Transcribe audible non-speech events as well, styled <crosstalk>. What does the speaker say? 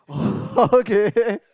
<laughs> okay